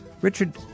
Richard